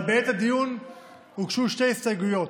אבל בעת הדיון הוגשו שתי הסתייגויות,